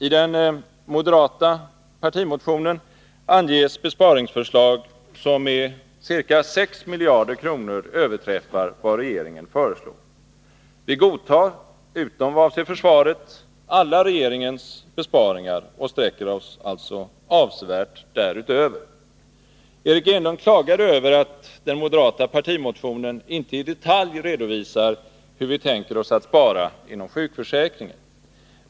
I den moderata partimotionen anges besparingsförslag som med ca 6 miljarder kronor överträffar vad regeringen föreslår. Vi godtar — utom vad avser försvaret — alla regeringens besparingar och sträcker oss alltså avsevärt därutöver. Eric Enlund klagade över att den moderata partimotionen inte i detalj redovisar hur vi tänker oss att spara inom sjukförsäkringen.